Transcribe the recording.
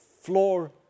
floor